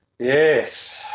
Yes